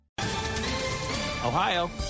Ohio